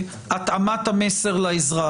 התאמת המסר לאזרח.